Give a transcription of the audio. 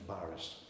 embarrassed